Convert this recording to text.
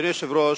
אדוני היושב-ראש,